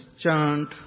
chant